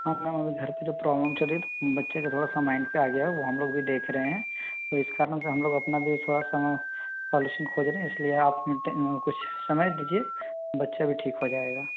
हाँ मैम अभी घर पर जो प्रौब्लम चल रही है तो बच्चे के थोड़ा सा मैइंड पर आ गया है वो हम लोग भी देख रहे हैं तो इस कारण से हम लोग अपना भी थोड़ा सा सौल्यूशन खोज रहे हैं इस लिए आप कुछ समय दीजिए बच्चा भी ठीक हो जाएगा